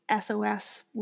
SOS